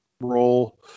role